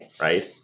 right